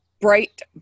bright